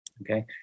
Okay